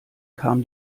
kam